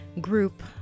group